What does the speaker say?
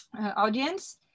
Audience